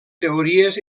teories